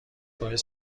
باعث